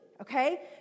okay